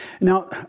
Now